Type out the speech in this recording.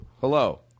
Hello